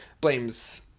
blames